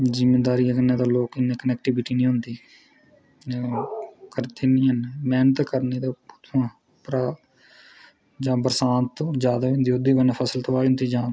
जमींदारियें कन्नै लोक इन्नी जादा क्नेक्टीविटी निं होंदी करदे निं हैन मैह्नत करनी ते जां बरसांत जादै जेह्दे कन्नै फसल दा थोह्ड़ा इंतजाम